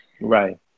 Right